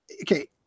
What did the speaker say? okay